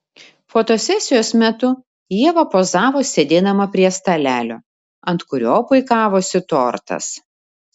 fotosesijos metu ieva pozavo sėdėdama prie stalelio ant kurio puikavosi tortas